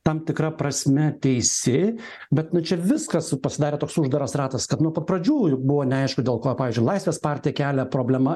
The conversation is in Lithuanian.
tam tikra prasme teisi bet nu čia viskas pasidarė toks uždaras ratas kad nuo pat pradžių buvo neaišku dėl ko pavyzdžiui laisvės partija kelia problema